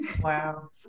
Wow